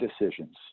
decisions